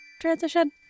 Transition